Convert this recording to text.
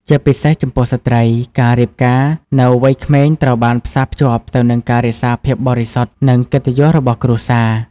ជាពិសេសចំពោះស្ត្រី ការរៀបការនៅវ័យក្មេងត្រូវបានផ្សារភ្ជាប់ទៅនឹងការរក្សាភាពបរិសុទ្ធ និងកិត្តិយសរបស់គ្រួសារ ។